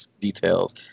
details